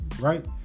right